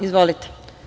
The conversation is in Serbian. Izvolite.